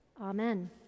Amen